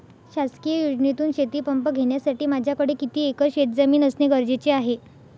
शासकीय योजनेतून शेतीपंप घेण्यासाठी माझ्याकडे किती एकर शेतजमीन असणे गरजेचे आहे?